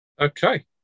Okay